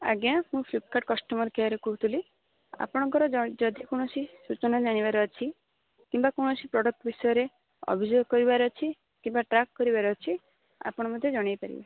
ଆଜ୍ଞା ମୁଁ ଫ୍ଲିପକାର୍ଟ୍ କଷ୍ଟମର କେୟାରରୁ କହୁଥିଲି ଆପଣଙ୍କର ଯଦି କୌଣସି ସୂଚନା ଜାଣିବାର ଅଛି କିମ୍ବା କୌଣସି ପ୍ରଡ଼କ୍ଟ ବିଷୟରେ ଅଭିଯୋଗ କରିବାର ଅଛି କିମ୍ବା ଟ୍ରାକ୍ କରିବାର ଅଛି ଆପଣ ମୋତେ ଜଣାଇପାରିବେ